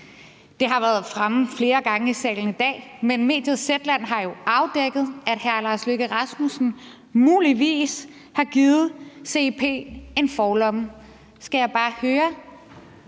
Det har været fremme flere gange i salen i dag, at mediet Zetland jo har afdækket, at udenrigsministeren muligvis har givet CIP en forlomme. Hr. Jon Stephensen